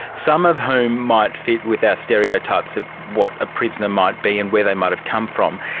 some of whom might fit with our stereotypes of what a prisoner might be and where they might have come from,